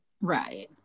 Right